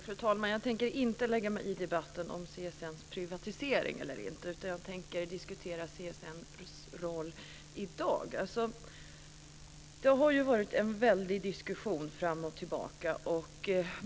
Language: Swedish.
Fru talman! Jag tänker inte lägga mig i debatten om privatisering av CSN eller inte, utan jag tänker diskutera CSN:s roll i dag. Det har ju varit en väldig diskussion fram och tillbaka.